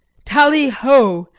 tally ho!